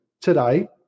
today